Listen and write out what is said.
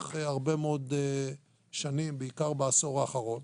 לאורך הרבה מאוד שנים ובעיקר בעשור האחרון,